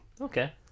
Okay